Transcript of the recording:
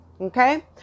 Okay